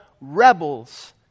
rebels